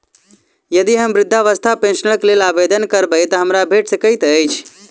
यदि हम वृद्धावस्था पेंशनक लेल आवेदन करबै तऽ हमरा भेट सकैत अछि?